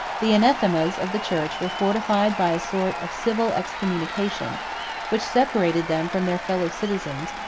the anathemas of the church were fortified by a sort of civil excommunication which separated them from their fellow-citizens,